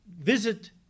visit